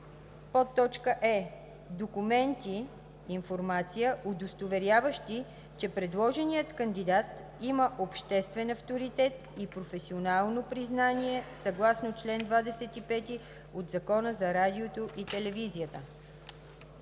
икономика; е) документи (информация), удостоверяващи, че предложеният кандидат има обществен авторитет и професионално признание съгласно чл. 25 от Закона за радиото и телевизията;